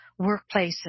workplaces